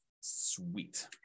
Sweet